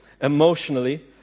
emotionally